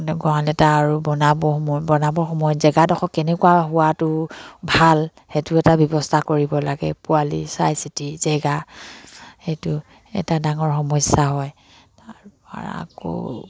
মানে গঁৰাল এটা আৰু বনাবৰ সময়ত বনাবৰ সময়ত জেগাডোখৰ কেনেকুৱা হোৱাটো ভাল সেইটো এটা ব্যৱস্থা কৰিব লাগে পোৱালি চাই চিতি জেগা সেইটো এটা ডাঙৰ সমস্যা হয় তাৰপৰা আকৌ